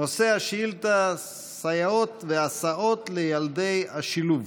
נושא השאילתה: סייעות והסעות לילדי השילוב.